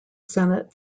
senate